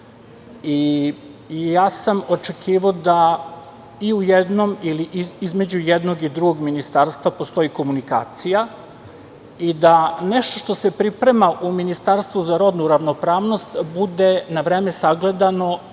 i ja sam očekivao da i u jednom ili između jednog i drugog ministarstva postoji komunikacija i da nešto što se priprema u Ministarstvu za rodnu ravnopravnost bude na vreme sagledano i